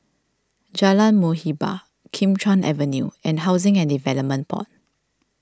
Jalan Muhibbah Kim Chuan Avenue and Housing and Development Board